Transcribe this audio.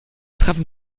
treffen